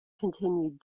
continued